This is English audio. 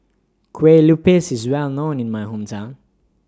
Kueh Lupis IS Well known in My Hometown